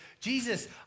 Jesus